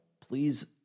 Please